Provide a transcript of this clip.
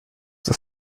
das